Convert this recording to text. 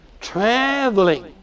traveling